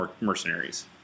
mercenaries